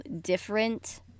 different